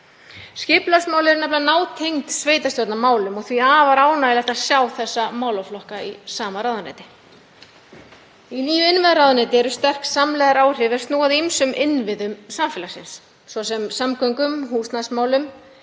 Skipulagsmál eru nefnilega nátengd sveitarstjórnarmálum og því er afar ánægjulegt að sjá þessa málaflokka í sama ráðuneytinu. Í nýju innviðaráðuneyti eru sterk samlegðaráhrif er snúa að ýmsum innviðum samfélagsins, svo sem samgöngum, húsnæðismálum,